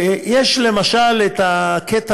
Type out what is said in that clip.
יש, למשל, את הקטע